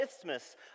isthmus